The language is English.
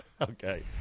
Okay